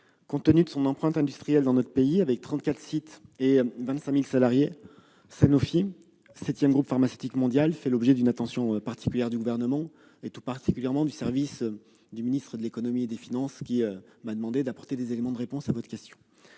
compte tenu de son empreinte industrielle dans notre pays- il compte 34 sites et emploie 25 000 salariés -, Sanofi, septième groupe pharmaceutique mondial, fait l'objet d'une attention particulière du Gouvernement, notamment des services du ministre de l'économie et des finances qui m'a demandé d'apporter des éléments de réponse à votre question.